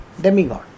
demigod